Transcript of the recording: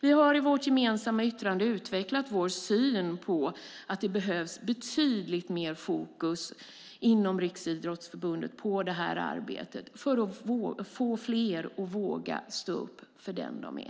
Vi har i vårt gemensamma yttrande utvecklat vår syn på att det behövs betydligt mer fokus inom Riksidrottsförbundet på detta arbete för att få fler att våga stå upp för den de är.